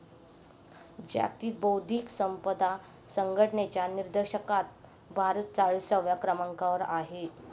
जागतिक बौद्धिक संपदा संघटनेच्या निर्देशांकात भारत चाळीसव्या क्रमांकावर आहे